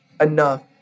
enough